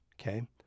Okay